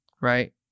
right